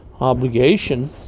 obligation